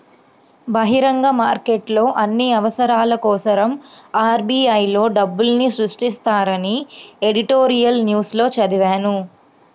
బహిరంగ మార్కెట్లో అన్ని అవసరాల కోసరం ఆర్.బి.ఐ లో డబ్బుల్ని సృష్టిస్తారని ఎడిటోరియల్ న్యూస్ లో చదివాను